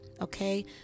Okay